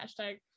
hashtag